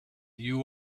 you